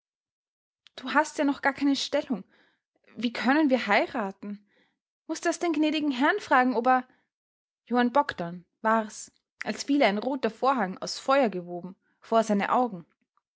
du hast ja noch gar keine stellung wie können wir heiraten mußt erst den gnädigen herrn fragen ob er johann bogdn war's als fiele ein roter vorhang aus feuer gewoben vor seine augen